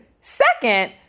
Second